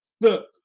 Look